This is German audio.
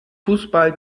fußball